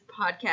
podcast